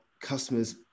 customers